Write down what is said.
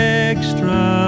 extra